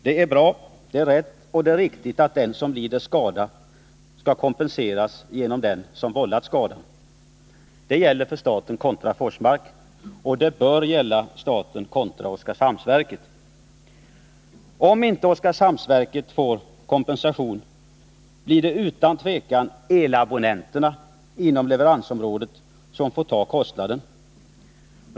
Det är bra, rätt och riktigt att den som lider skada skall kompenseras genom den som vållar skadan. Det gäller staten kontra Forsmark, och det bör gälla staten kontra Oskarshamnsverket. Om Oskarshamnsverket inte får kompensation blir det utan tvivel elabonnenterna inom leveransområdet som får ta kostnaden.